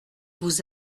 vous